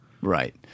right